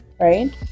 right